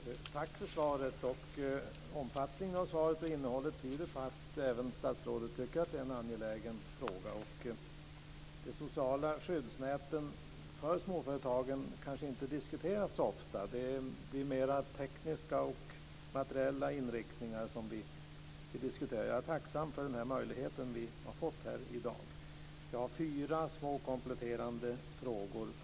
Fru talman! Tack för svaret! Omfattningen och innehållet tyder på att även statsrådet tycker att det handlar om en angelägen fråga. De sociala skyddsnäten för småföretagen diskuteras kanske inte så ofta. Det blir mer tekniska och materiella inriktningar som vi diskuterar, så jag är tacksam för den möjlighet som vi har fått här i dag. Jag har fyra små kompletterande frågor.